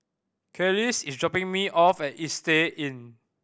Kelis is dropping me off at Istay Inn